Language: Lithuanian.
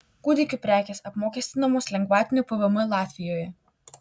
kūdikių prekės apmokestinamos lengvatiniu pvm latvijoje